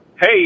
Hey